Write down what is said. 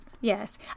Yes